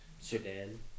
Sedan